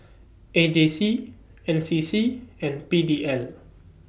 A J C N C C and P D N